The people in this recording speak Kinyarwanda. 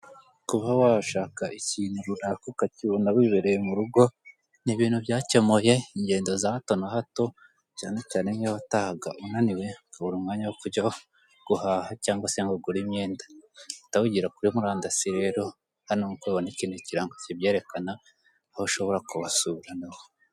Kuba washaka ikintu runaka ukakibona wibereye mu rugo ni ibintu byakemuye ingendo za hato na hato cyane cyane nk'iyo watahaga nk'iyo watahaga unaniwe ukabura umwanya wo kujya guhaha cyangwa se ngo ugure imyenda uhita wigira kuri murandasi rero hano nk'uko ubibona kino kirango kibyerekana aho ushobora kubasura noneho.